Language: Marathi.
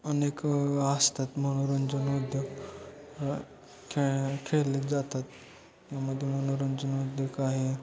अनेक असतात मनोरंजन उद्योग खेळ खेळले जातात यामध्ये मनोरंजन उद्योग आहे